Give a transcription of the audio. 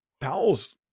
Powell's